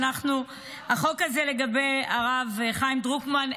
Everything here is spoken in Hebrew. החוק הזה לגבי הרב חיים דרוקמן,